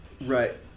Right